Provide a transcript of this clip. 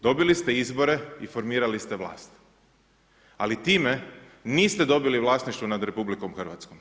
Dobili ste izbore i formirali ste vlast, ali time niste dobili vlasništvo nad RH.